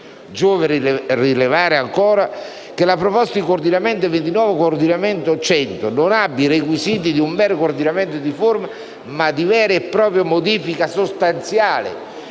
Giova rilevare ancora che la proposta di coordinamento 29.Coord.100 non ha i requisiti di un mero coordinamento di forma, ma di vera e propria modifica sostanziale,